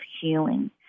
healing